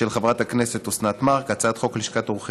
של חברת הכנסת אסנת מארק, ב.